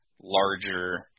larger